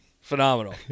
Phenomenal